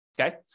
okay